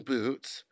Boots